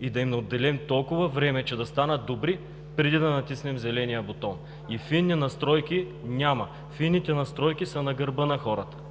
и да им отделим толкова време, че да станат добри, преди да натиснем зеления бутон. И фини настройки няма. Фините настройки са на гърба на хората.